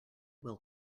will